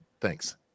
Thanks